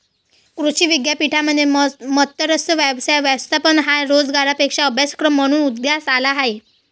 कृषी विद्यापीठांमध्ये मत्स्य व्यवसाय व्यवस्थापन हा रोजगारक्षम अभ्यासक्रम म्हणून उदयास आला आहे